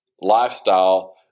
lifestyle